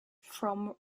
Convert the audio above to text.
from